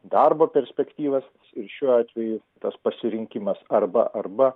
darbo perspektyvas ir šiuo atveju tas pasirinkimas arba arba